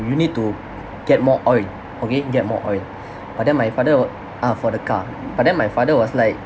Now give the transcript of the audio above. you need to get more oil okay get more oil but then my father ah for the car but then my father was like